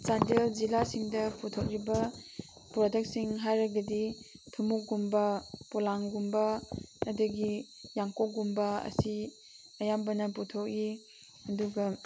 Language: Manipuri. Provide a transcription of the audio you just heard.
ꯆꯥꯟꯗꯦꯜ ꯖꯤꯂꯥꯁꯤꯡꯗ ꯄꯨꯊꯣꯛꯂꯤꯕ ꯄ꯭ꯔꯗꯛꯁꯤꯡ ꯍꯥꯏꯔꯒꯗꯤ ꯊꯨꯝꯃꯣꯛꯀꯨꯝꯕ ꯄꯣꯂꯥꯡꯒꯨꯝꯕ ꯑꯗꯒꯤ ꯌꯥꯡꯀꯣꯛꯀꯨꯝꯕ ꯑꯁꯤ ꯑꯌꯥꯝꯕꯅ ꯄꯨꯊꯣꯛꯏ ꯑꯗꯨꯒ